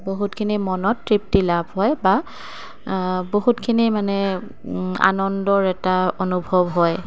বহুতখিনি মনত তৃপ্তি লাভ হয় বা বহুতখিনি মানে আনন্দৰ এটা অনুভৱ হয়